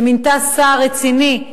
שמינתה שר רציני,